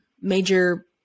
major